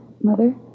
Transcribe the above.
Mother